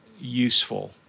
useful